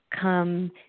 come